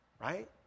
right